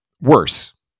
worse